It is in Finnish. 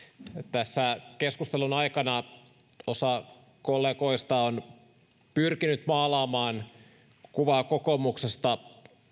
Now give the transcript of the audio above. tässä keskustelun aikana osa kollegoista on pyrkinyt maalaamaan kuvaa kokoomuksesta